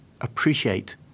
appreciate